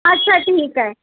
अच्छा ठीकु आहे